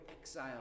exile